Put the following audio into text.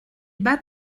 bas